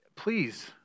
please